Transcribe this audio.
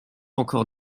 encore